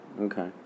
Okay